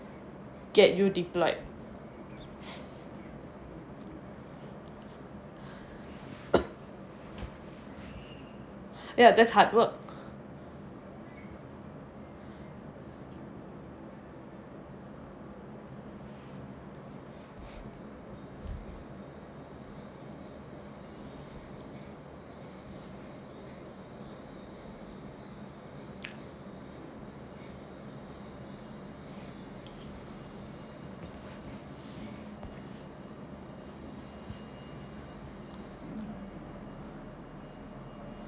get you deployed ya that's hard work